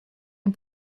and